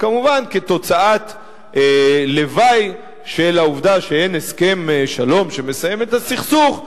וכמובן כתוצאת לוואי של העובדה שאין הסכם שלום שמסיים את הסכסוך,